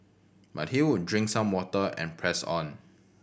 but he would drink some water and press on